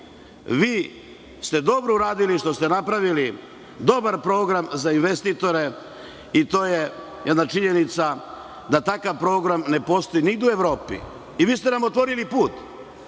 mi. Vi ste dobro uradili što ste napravili dobar program za investitore i to je jedna činjenica. Takav program ne postoji nigde u Evropi. Vi ste nam otvorili put,